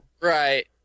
Right